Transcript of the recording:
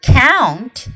count